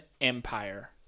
Empire